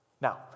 Now